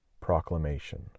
Proclamation